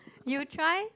you try